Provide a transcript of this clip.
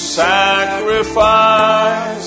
sacrifice